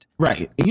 Right